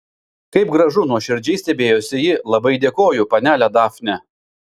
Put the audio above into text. kaip gražu nuoširdžiai stebėjosi ji labai dėkoju panele dafne